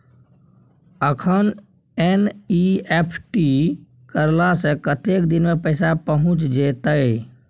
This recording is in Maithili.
अखन एन.ई.एफ.टी करला से कतेक दिन में पैसा पहुँच जेतै?